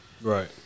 Right